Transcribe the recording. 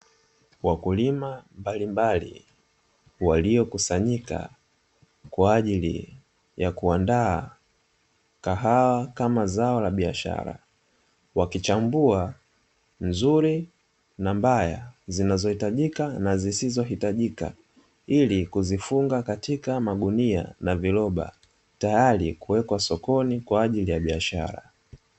Wakulima mbalimbali, waliokusanyika kwa ajili ya kuandaa kahawa kama zao la biashara, wakichambua nzuri na mbaya, zinazohitajika na zisizohitajika ili kuzifunga katika magunia na viroba, tayari kuwekwa sokoni kwa ajili ya biashara.